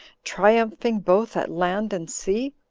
triumphing both at land and sea?